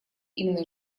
именно